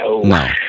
no